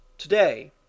Today